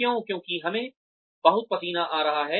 क्यों क्योंकि हमें बहुत पसीना आ रहा है